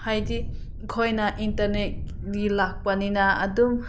ꯍꯥꯏꯗꯤ ꯑꯩꯈꯣꯏꯅ ꯏꯟꯇꯔꯅꯦꯠꯀꯤ ꯂꯥꯛꯄꯅꯤꯅ ꯑꯗꯨꯝ